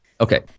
Okay